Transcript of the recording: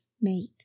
mate